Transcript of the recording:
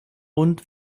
und